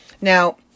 Now